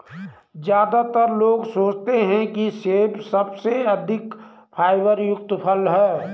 ज्यादातर लोग सोचते हैं कि सेब सबसे अधिक फाइबर युक्त फल है